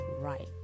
right